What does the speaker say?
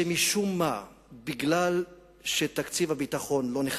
שמשום מה כיוון שתקציב הביטחון לא נחתך,